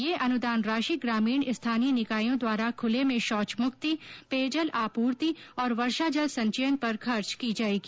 यह अनुदान राशि ग्रामीण स्थानीय निकायों द्वारा खुले में शौच मुक्ति पेयजल आपूर्ति और वर्षा जल संचयन पर खर्च की जायेगी